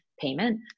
payment